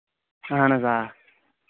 اَہَن حظ آ